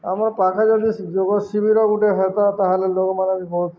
ଆମର ପାଖେ ଯଦି ଯୋଗ ଶିବିର ଗୁଟେ ହେତା ତାହେଲେ ଲୋକମାନେ ବି ବହୁତ